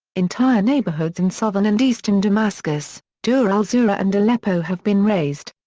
entire neighborhoods in southern and eastern damascus, deir al-zour and aleppo have been razed.